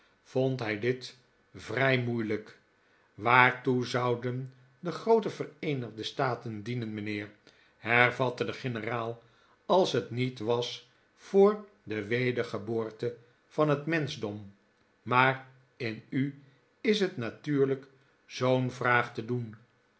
vond hij dit vrij moeilijk waartoe zouden de groote vereenigde staten dienen mijnheer hervatte de generaal als het niet was voor de wedergeboorte van het menschdom maar in u is het natuurlijk zoo'n vraag te doen